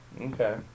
Okay